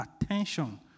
attention